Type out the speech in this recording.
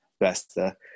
Vesta